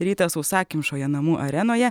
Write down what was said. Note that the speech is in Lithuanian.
rytas sausakimšoje namų arenoje